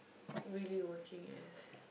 really working as